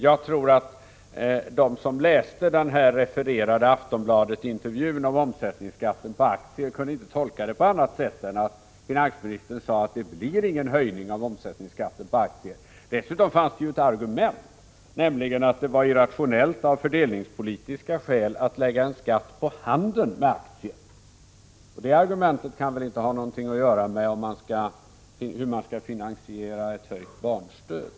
Jag tror inte att de som läst den refererade intervjun i Aftonbladet kunde tolka den på annat sätt än att finansministern sade att det inte skulle bli någon höjning av omsättningsskatten på aktier. Dessutom fanns det ju i intervjun ett argument, nämligen att det av fördelningspolitiska skäl var irrationellt att lägga en skatt på handeln med aktier, och det argumentet kan väl inte ha något att göra med frågan om hur man skall finansiera ett höjt barnfamiljsstöd.